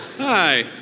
Hi